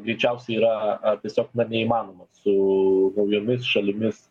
greičiausiai yra a tiesiog na neįmanomas su naujomis šalimis